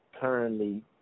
currently